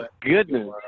goodness